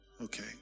Okay